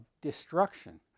destruction